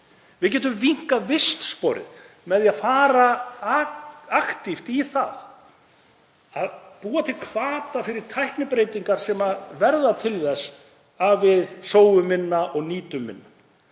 Við getum minnkað vistsporið með því að fara aktíft í það, búa til hvata fyrir tæknibreytingar sem verða til þess að við sóum minna og nýtum betur.